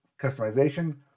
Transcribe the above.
customization